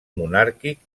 monàrquic